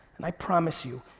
and i promise you,